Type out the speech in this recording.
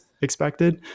expected